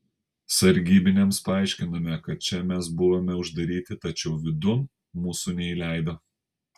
sargybiniams paaiškinome kad čia mes buvome uždaryti tačiau vidun mūsų neįleido